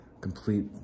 complete